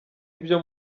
ibyo